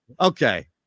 Okay